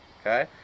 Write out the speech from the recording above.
okay